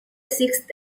sixth